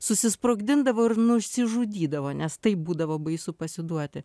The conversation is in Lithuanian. susisprogdindavo ir nusižudydavo nes taip būdavo baisu pasiduoti